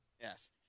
Yes